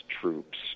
troops